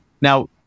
Now